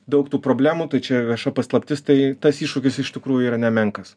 daug tų problemų tai čia vieša paslaptis tai tas iššūkis iš tikrųjų yra nemenkas